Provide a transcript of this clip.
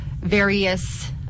various